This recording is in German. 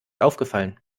aufgefallen